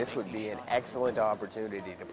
this would be an excellent opportunity to